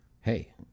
hey